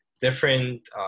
different